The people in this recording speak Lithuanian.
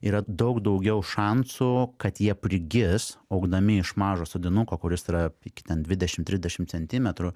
yra daug daugiau šansų kad jie prigis augdami iš mažo sodinuko kuris yra iki ten dvidešimt trisdešimt centimetrų